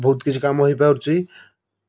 ବହୁତ କିଛି କାମ ହୋଇପାରୁଛି